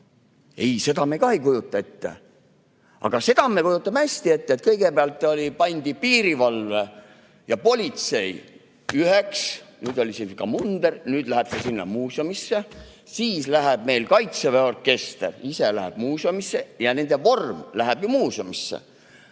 Ei, seda me ka ei kujuta ette. Aga seda me kujutame hästi ette, et kõigepealt liideti piirivalve ja politsei üheks. Neil oli sihuke munder, nüüd läks see sinna muuseumisse. Kaitseväe orkester ise läheb muuseumisse ja nende vorm läheb muuseumisse.